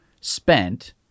spent